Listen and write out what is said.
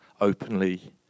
openly